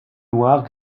noirs